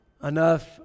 enough